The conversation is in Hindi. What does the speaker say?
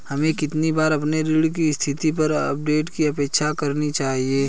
हमें कितनी बार अपने ऋण की स्थिति पर अपडेट की अपेक्षा करनी चाहिए?